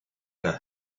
ceuta